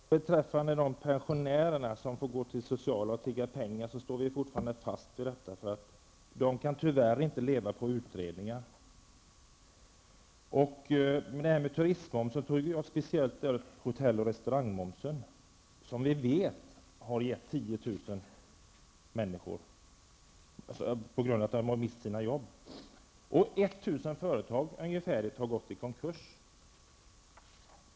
Fru talman! Jag står fortfarande fast vid att pensionärerna får gå till det sociala och tigga pengar, eftersom de tyvärr inte kan leva på utredningar. När det gäller turistmomsen tog jag speciellt upp hotell och restaurangmomsen, eftersom vi vet att 10 000 människor har mist sina jobb på grund av denna och att ungefär 1 000 företag har gått i konkurs.